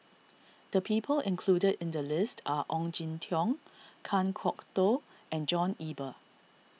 the people included in the list are Ong Jin Teong Kan Kwok Toh and John Eber